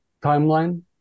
timeline